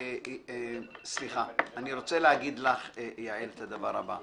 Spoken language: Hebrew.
אני אגיד לך איך אני משתדל לעבוד,